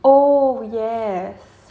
oh yes